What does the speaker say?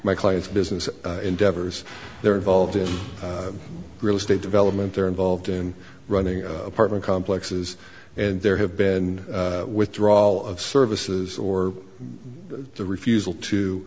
my client's business endeavors they're involved in real estate development they're involved in running an apartment complexes and there have been withdrawal of services or the refusal to